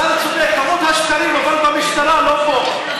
השר צודק, כמות השקרים, אבל במשטרה, לא פה.